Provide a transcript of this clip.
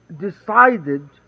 decided